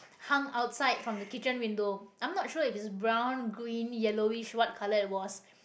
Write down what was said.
hang outside from the kitchen window I'm not sure it is brown green yellowish what colour it was